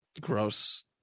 Gross